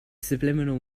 subliminal